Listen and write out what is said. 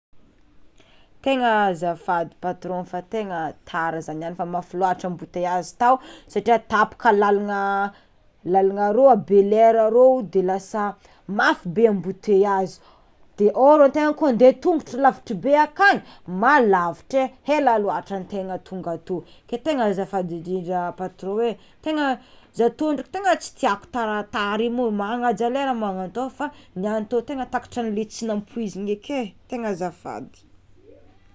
Tegna azafady patron fa tegna tara zah niany fa mafy loatra amboteazy tao satria tapaka lalagna lalagna arô a Bel'air arô de lasa mafy be amboteazy de or antegna koa ande tongotro lavitry be akagny mah lavitra e hela loatra antegna tonga atô ke tegna azafady ndrindra patron e tegna zah tô ndraiky tegna tsy tiàko tara tara igny moa magnaja lera magnan'tô fa niany tô tegna takatra anle tsy nampoiziny eky e tegna azafady.